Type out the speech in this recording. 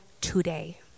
today